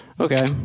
Okay